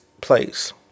place